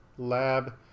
lab